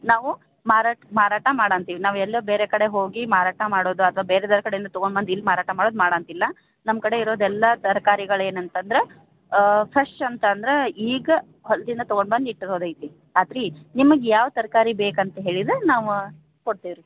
ನಾವು ಮಾರಾಟ ಮಾರಾಟ ಮಾಡಂತೀವಿ ನಾವೆಲ್ಲೂ ಬೇರೆ ಕಡೆ ಹೋಗಿ ಮಾರಾಟ ಮಾಡೋದು ಅಥವಾ ಬೇರೆ ಬೇರೆ ಕಡೆಯಿಂದ ತೊಗೊಂಬಂದು ಇಲ್ಲಿ ಮಾರಾಟ ಮಾಡೋದು ಮಾಡೋಂಗಿಲ್ಲ ನಮ್ಮ ಕಡೆ ಇರೋದೆಲ್ಲ ತರಕಾರಿಗಳೇನಂತಂದ್ರೆ ಫ್ರೆಶ್ ಅಂತಂದರೆ ಈಗ ಹೊಲದಿಂದ ತೊಗೊಂಬಂದು ಇಟ್ಟಿರೋದು ಐತಿ ಆಯ್ತ ರೀ ನಿಮಗೆ ಯಾವ ತರಕಾರಿ ಬೇಕಂತ ಹೇಳಿದರೆ ನಾವು ಕೊಡ್ತೀವಿ ರೀ